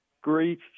great